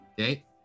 Okay